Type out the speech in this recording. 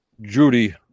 Judy